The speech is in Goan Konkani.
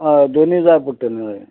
हय दोनी जाय पडटलीं हय